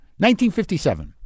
1957